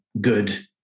good